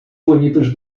bonitas